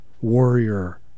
warrior